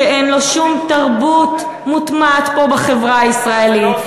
שאין לו שום תרבות מוטמעת פה בחברה הישראלית,